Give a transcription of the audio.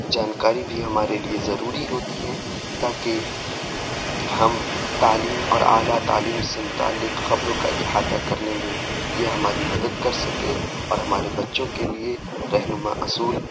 جانکاری بھی ہمارے لیے ضروری ہوتی ہیں تاکہ ہم تعلیم اور اعلیٰ تعلیم سے متعلق خبروں کا احاطہ کرنے میں یہ ہماری مدد کر سکے اور ہمارے بچوں کے لیے رہنما اصول